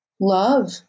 love